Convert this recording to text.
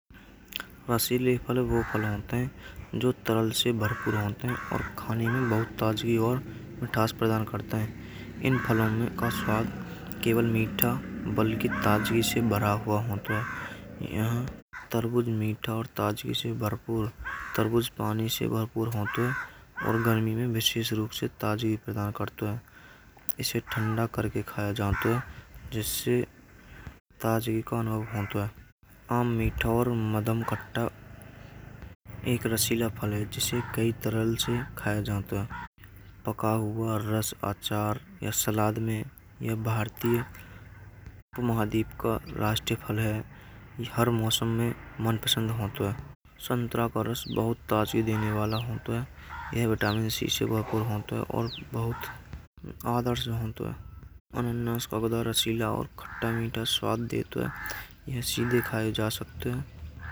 रसीले फल वो फल होते हैं। जो तरल से भरपूर होते हैं। और खाने में बहुत ताज़गी और मिठास प्रदान करता है। इन्हें फलां में का स्वाद केवल मीठा बल की ताज़गी से भरा हुआ होता है। यहाँ तरबूज मीठा और ताज़ किसे भरपूर तरबूज पानी से भरपूर होता है। और गर्मी में विशेष रूप से ताज़गी प्रदान करता है। इसे ठंडा करके खायो जातो है। जिसे ताज़गी का अनुभव होता है। आम मीठा और मध्यम खट्टा एक रसीला फल है। जिसे कई तरह से खायो जातो है। पको हुआ रस, अचार या सलाद में यह भारतीय महाद्वीप का राष्ट्रीय फल है। यह हर मौसम में मनपसंद होता है। संतरा का रस बहुत ताज़गी देने वाला होता है। यह विटामिन सी से भरपूर होता है। और बहुत आदर्श का होता है। अनानास का रस रसीला और कड़ा स्वाद देता है। यह सीधे खाए जा सकता है।